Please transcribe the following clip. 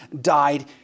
died